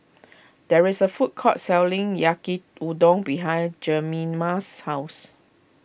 there is a food court selling Yaki Udon behind Jemima's house